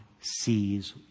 sees